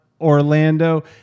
Orlando